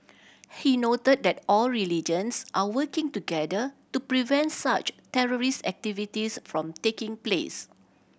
he noted that all religions are working together to prevent such terrorist activities from taking place